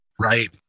Right